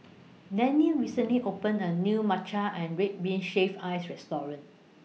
Danniel recently opened A New Matcha Red Bean Shaved Ice Restaurant